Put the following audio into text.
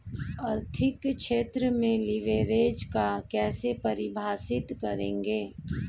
आर्थिक क्षेत्र में लिवरेज को कैसे परिभाषित करेंगे?